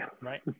Right